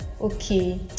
okay